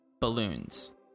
balloons